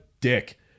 dick